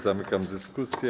Zamykam dyskusję.